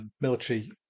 military